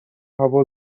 هوا